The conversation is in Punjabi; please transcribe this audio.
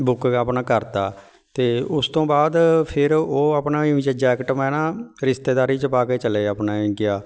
ਬੁੱਕ ਆਪਣਾ ਕਰਤਾ ਅਤੇ ਉਸ ਤੋਂ ਬਾਅਦ ਫਿਰ ਉਹ ਆਪਣਾ ਉਂਝ ਜੈਕਟ ਮੈਂ ਨਾ ਰਿਸ਼ਤੇਦਾਰੀ 'ਚ ਪਾ ਕੇ ਚਲੇ ਆਪਣੇ ਗਿਆ